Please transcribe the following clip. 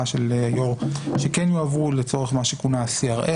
של היו"ר שכן יועברו לצורך מה שכונה CRM,